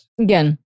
Again